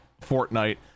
Fortnite